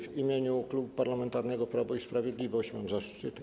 W imieniu Klubu Parlamentarnego Prawo i Sprawiedliwość mam zaszczyt.